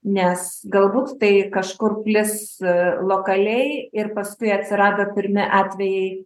nes galbūt tai kažkur plis lokaliai ir paskui atsirado pirmi atvejai